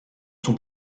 son